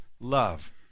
love